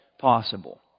possible